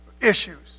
issues